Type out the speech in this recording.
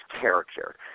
character